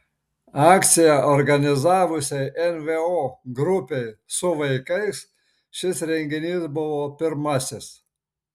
akciją organizavusiai nvo grupei su vaikais šis renginys buvo pirmasis